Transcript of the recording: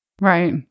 Right